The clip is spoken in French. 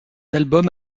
albums